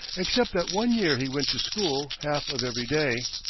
except that one year he went to school half of every day,